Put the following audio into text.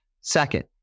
Second